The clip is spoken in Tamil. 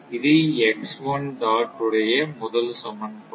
இது உடைய முதல் சமன்பாடு